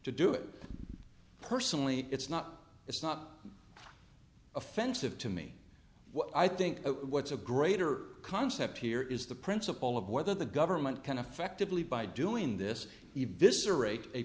to do it personally it's not it's not offensive to me what i think what's a greater concept here is the principle of whether the government can affectively by doing this